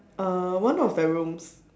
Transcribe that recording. uh one of the rooms